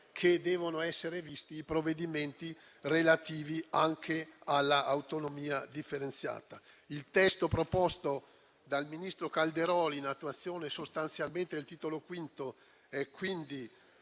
che devono essere visti i provvedimenti relativi anche all'autonomia differenziata. Il testo proposto dal ministro Calderoli, sostanzialmente in attuazione del Titolo V, è quello